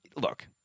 Look